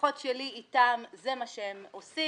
משיחות שלי איתם זה מה שהם עושים,